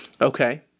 Okay